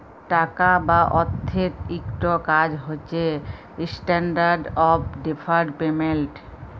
টাকা বা অথ্থের ইকট কাজ হছে ইস্ট্যান্ডার্ড অফ ডেফার্ড পেমেল্ট